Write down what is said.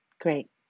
great